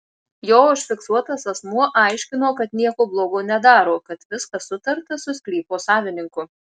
jo užfiksuotas asmuo aiškino kad nieko blogo nedaro kad viskas sutarta su sklypo savininku